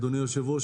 אדוני היושב-ראש,